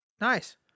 Nice